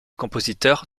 compositeur